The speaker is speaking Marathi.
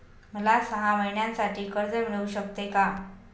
मला सहा महिन्यांसाठी कर्ज मिळू शकते का?